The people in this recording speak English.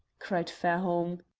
cried fairholme.